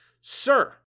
Sir